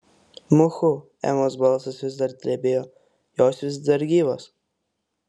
muhu emos balsas vis dar drebėjo jos vis dar gyvos